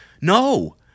No